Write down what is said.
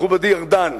מכובדי ארדן,